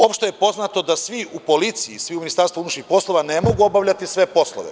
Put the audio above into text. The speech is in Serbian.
Opšte je poznato da svi u policiji i svi u Ministarstvu unutrašnjih poslova ne mogu obavljati sve poslove.